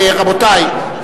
רבותי,